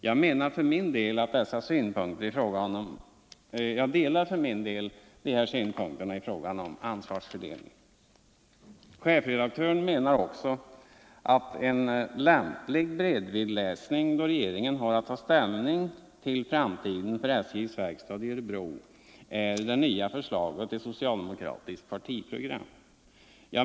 Jag delar dessa synpunkter i fråga om ansvarsfördelningen. Chefredaktören för Örebro-Kuriren menar också att en lämplig bredvidläsning, då regeringen har att ta ställning till framtiden för SJ:s verkstad i Örebro, är det nya förslaget till socialdemokratiskt partiprogram.